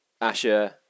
Asher